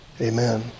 Amen